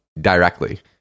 directly